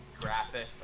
graphic